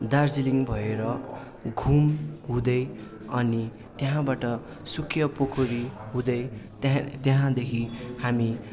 दार्जिलिङ भएर घुम हुँदै अनि त्यहाँबाट सुकिया पोखरी हुँदै त्यहाँ त्यहाँदेखि हामी